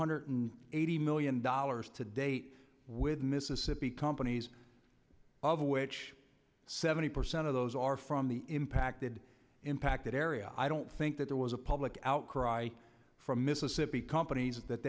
hundred eighty million dollars to date with mississippi companies of which seventy percent of those are from the impacted impact area i don't think that there was a public outcry from mississippi companies that